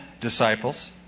disciples